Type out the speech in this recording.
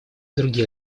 другие